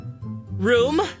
Room